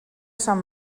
sant